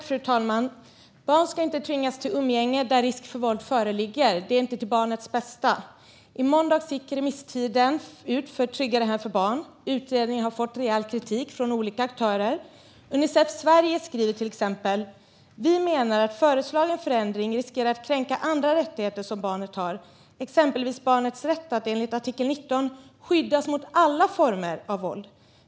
Fru talman! Barn ska inte tvingas till umgänge där risk för våld föreligger - det är inte att se till barnets bästa. I måndags gick remisstiden ut för Tryggare hem för barn . Utredningen har fått rejäl kritik från olika aktörer. Unicef Sverige skriver till exempel: "Vi menar att föreslagen förändring riskerar att kränka andra rättigheter som barnet har, exempelvis barnets rätt att enligt artikel 19 skyddas mot alla former av våld.